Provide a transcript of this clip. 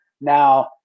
now